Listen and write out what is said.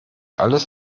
alles